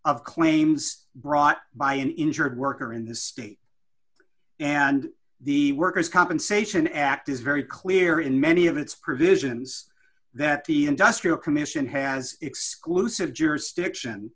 of claims brought by an injured worker in the state and the workers compensation act is very clear in many of its provisions that the industrial commission has exclusive jurisdiction